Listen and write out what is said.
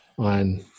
On